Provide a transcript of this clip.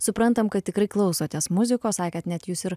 suprantam kad tikrai klausotės muzikos sakėt net jus ir